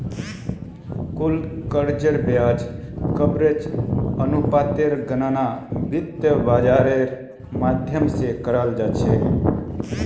कुल कर्जेर ब्याज कवरेज अनुपातेर गणना वित्त बाजारेर माध्यम से कराल जा छे